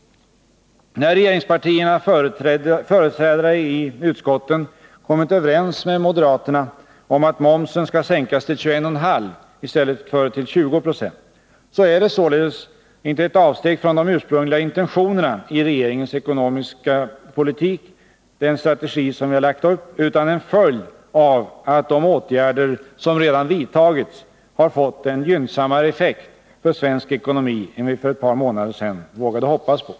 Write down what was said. När regeringspartiernas företrädare i utskotten kommit överens med moderaterna om att momsen skall sänkas till 21,5 oi stället för till 20 96, är det således inte ett avsteg från de ursprungliga intentionerna i regeringens ekonomisk-politiska strategi utan en följd av att de åtgärder som redan vidtagits har fått en gynnsammare effekt för svensk ekonomi än vi för ett par månader vågade hoppas på.